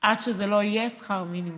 עד שזה יהיה שכר מינימום.